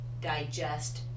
digest